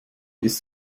ist